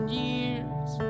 years